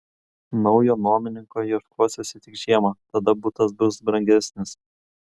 naujo nuomininko ieškosiuosi tik žiemą tada butas bus brangesnis